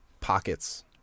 pockets